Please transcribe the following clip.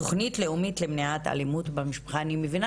תוכנית לאומית למניעת אלימות במשפחה אני מבינה